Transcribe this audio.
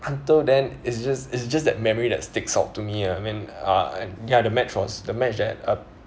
until then it's just it's just that memory that sticks out to me ah I mean ah ya the match was the match that uh